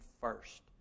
first